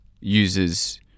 uses